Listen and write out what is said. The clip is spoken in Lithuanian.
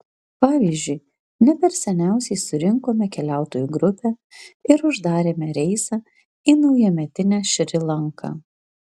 pavyzdžiui ne per seniausiai surinkome keliautojų grupę ir uždarėme reisą į naujametinę šri lanką